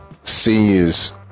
seniors